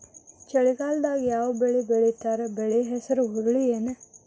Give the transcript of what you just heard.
ಚಳಿಗಾಲದಾಗ್ ಯಾವ್ ಬೆಳಿ ಬೆಳಿತಾರ, ಬೆಳಿ ಹೆಸರು ಹುರುಳಿ ಏನ್?